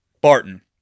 Barton